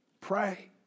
Pray